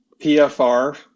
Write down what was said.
PFR